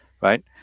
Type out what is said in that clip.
right